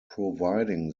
providing